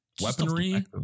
Weaponry